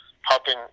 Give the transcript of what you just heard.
helping